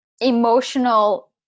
emotional